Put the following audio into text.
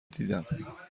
دیدم